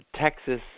Texas